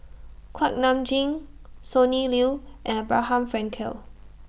Kuak Nam Jin Sonny Liew and Abraham Frankel